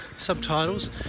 subtitles